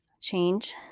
change